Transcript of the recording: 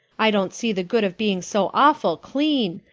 i don't see the good of being so awful clean.